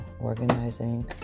organizing